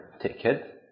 ticket